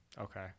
Okay